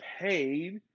paid